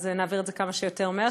אז נעביר את זה כמה שיותר מהר,